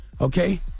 Okay